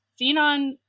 Xenon